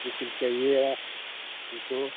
ई खूब चाहिए है ई तो